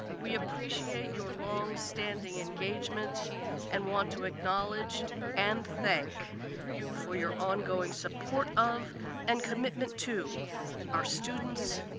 we appreciate your longstanding engagement and want to acknowledge and thank you for your ongoing support of and commitment to our students,